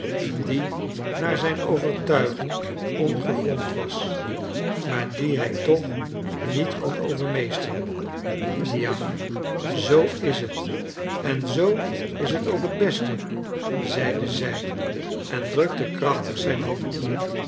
die naar zijn overtuiging ongegrond was maar die hij toch niet kon overmeesteren ja zoo is het en zoo is het ook het beste zeide zij en drukte krachtig zijn hand